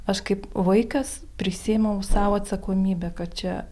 aš kaip vaikas prisiėmiau sau atsakomybę kad čia